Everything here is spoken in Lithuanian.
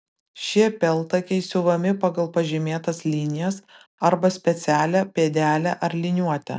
šie peltakiai siuvami pagal pažymėtas linijas arba specialią pėdelę ar liniuotę